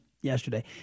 yesterday